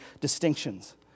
distinctions